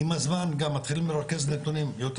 עם הזמן גם מתחילים לרכז נתונים יותר